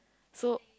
so